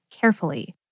carefully